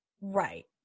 Right